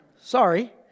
Sorry